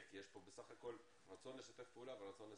כי בסך הכול יש כאן רצון לשתף פעולה ורצון לסייע.